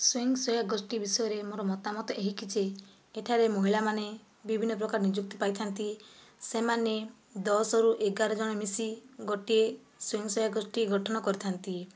ସ୍ଵୟଂସହାୟକ ଗୋଷ୍ଠି ବିଷୟରେ ମୋର ମତାମତ ଏହିକି ଯେ ଏଠାରେ ମହିଳାମାନେ ବିଭିନ୍ନ ପ୍ରକାର ନିଯୁକ୍ତି ପାଇଥାନ୍ତି ସେମାନେ ଦଶରୁ ଏଗାର ଜଣ ମିଶି ଗୋଟିଏ ସ୍ଵୟଂସହାୟକ ଗୋଷ୍ଠି ଗଠନ କରିଥାନ୍ତି